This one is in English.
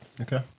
Okay